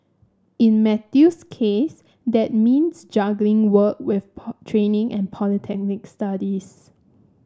in Matthew's case that means juggling work with training and polytechnic studies